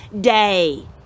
day